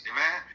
Amen